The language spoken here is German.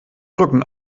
rücken